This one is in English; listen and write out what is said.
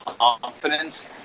confidence